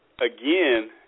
again